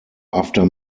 after